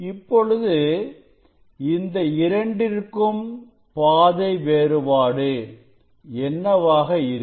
இப்பொழுது இந்த இரண்டிற்கும் பாதை வேறுபாடு என்னவாக இருக்கும்